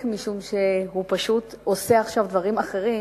משום שהוא פשוט עושה עכשיו דברים אחרים,